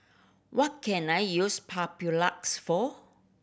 what can I use Papulex for